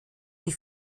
die